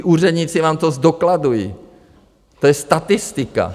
Úředníci vám to zdokladují, to je statistika.